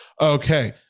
okay